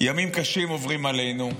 ימים קשים עוברים עלינו,